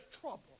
trouble